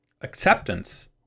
acceptance